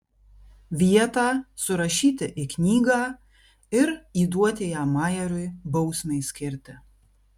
vietą surašyti į knygą ir įduoti ją majeriui bausmei skirti